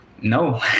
no